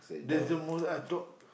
that's the most I talk